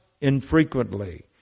infrequently